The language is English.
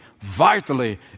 vitally